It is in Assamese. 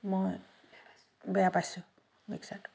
মই বেয়া পাইছোঁ মিক্সাৰটো